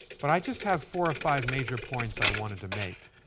but i just have four or five major points i wanted to make.